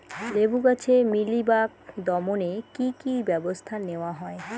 লেবু গাছে মিলিবাগ দমনে কী কী ব্যবস্থা নেওয়া হয়?